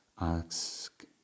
ask